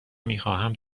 میخواهم